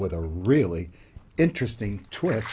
with a really interesting twist